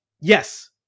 yes